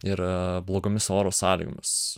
ir blogomis oro sąlygomis